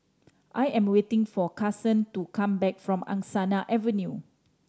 I am waiting for Carson to come back from Angsana Avenue